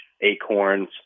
acorns